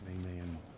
Amen